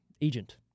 agent